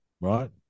Right